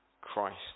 Christ